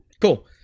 Cool